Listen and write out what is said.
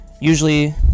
usually